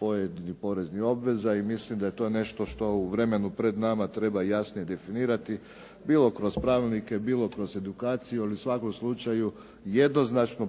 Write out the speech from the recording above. pojedinih poreznih obveza i mislim da je to nešto što u vremenu pred nama treba jasnije definirati, bilo kroz pravilnike, bilo kroz edukaciju, ali u svakom slučaju jednoznačno